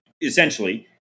essentially